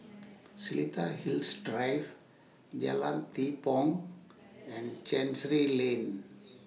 Seletar Hills Drive Jalan Tepong and Chancery Lane